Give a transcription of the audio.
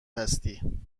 هستی